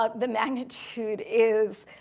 ah the magnitude is